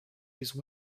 use